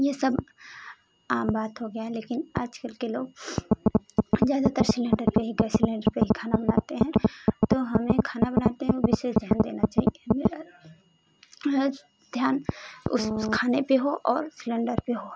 यह सब आम बात हो गया है लेकिन आजकल के लोग ज़्यादातर सिलेंडर पर ही गैस सिलेंडर पर ही खाना बनाते हैं तो हमें खाना बनाते हुए विशेष ध्यान देना चाहिए मेरा ध्यान उस खाने पर हो और सिलेंडर पर हो